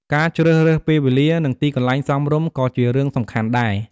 ការជ្រើសរើសពេលវេលា និងទីកន្លែងសមរម្យ ក៏ជារឿងសំខាន់ដែរ។